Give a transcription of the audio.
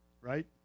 right